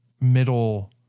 middle